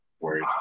Worried